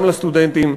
גם לסטודנטים,